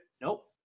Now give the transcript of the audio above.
nope